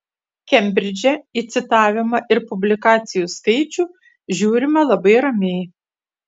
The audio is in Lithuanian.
kembridže į citavimą ir publikacijų skaičių žiūrima labai ramiai